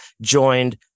joined